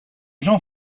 jean